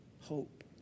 hope